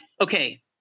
okay